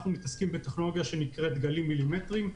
אנחנו מתעסקים בטכנולוגיה שנקראת גלים מילימטרים.